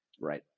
Right